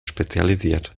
spezialisiert